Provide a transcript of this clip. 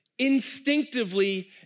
instinctively